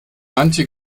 manche